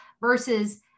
versus